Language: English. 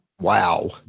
wow